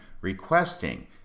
requesting